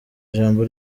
ijambo